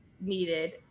needed